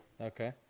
Okay